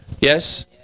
Yes